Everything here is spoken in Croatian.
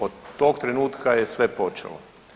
Od tog trenutka je sve počelo.